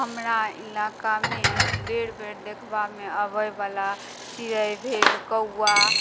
हमरा इलाकामे बेर बेर देखबामे अबै बला चिड़ै भेल कौआ